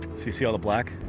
see see all the black?